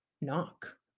knock